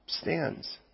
stands